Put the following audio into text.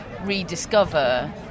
rediscover